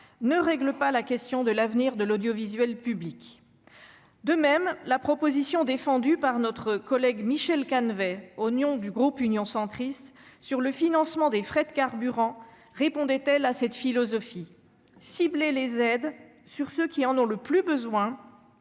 ne règle pas la question de l'avenir de l'audiovisuel public. De même, la proposition défendue par notre collègue Michel Canévet, au nom du groupe Union Centriste, sur le financement des frais de carburant répondait à cette philosophie : cibler les aides sur ceux qui en ont le plus besoin,